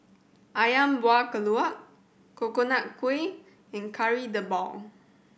Ayam Buah Keluak Coconut Kuih and Kari Debal